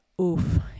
oof